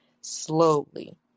slowly